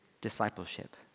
discipleship